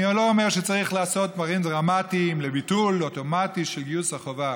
אני לא אומר שצריך לעשות דברים דרמטיים לביטול אוטומטי של גיוס החובה,